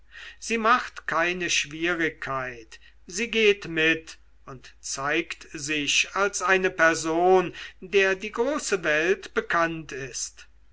sie macht keine schwierigkeit sie geht mit und zeigt sich als eine person der die große welt bekannt ist